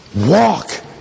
Walk